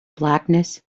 blackness